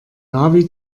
navi